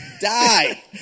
Die